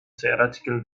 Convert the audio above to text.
theoretical